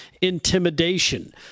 intimidation